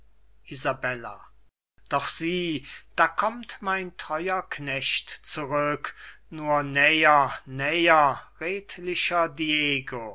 doch sieh da kommt mein treuer knecht zurück nur näher näher redlicher